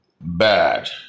bad